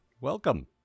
welcome